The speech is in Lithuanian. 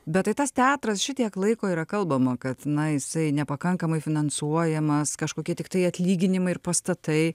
bet tai tas teatras šitiek laiko yra kalbama kad na jisai nepakankamai finansuojamas kažkokie tiktai atlyginimai ir pastatai